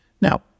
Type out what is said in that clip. now